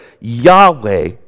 Yahweh